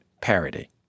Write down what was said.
parody